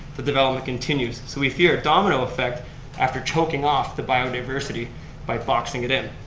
the development continues. so we fear a domino effect after choking off the biodiversity by boxing it in.